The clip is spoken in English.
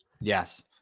Yes